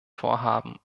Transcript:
vorhaben